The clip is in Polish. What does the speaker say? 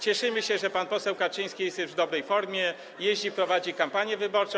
Cieszymy się, że pan poseł Kaczyński jest już w dobrej formie, jeździ, prowadzi kampanię wyborczą.